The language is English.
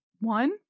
one